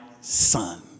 son